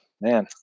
Man